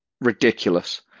ridiculous